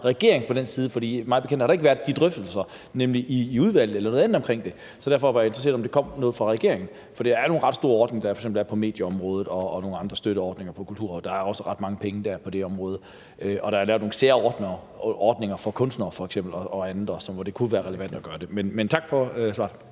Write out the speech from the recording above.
regeringen på det område, for mig bekendt har der ikke været de drøftelser i udvalget eller andre steder om det. Så derfor er jeg interesseret i at høre, om der kommer noget fra regeringen. For det er nogle ret store ordninger, der er, f.eks. på medieområdet og andre støtteordninger på kulturområdet. Der er også ret mange penge på det område. Og der er lavet nogle særordninger for f.eks. kunstnere og andre, hvor det kunne være relevant at gøre det. Men tak for svaret.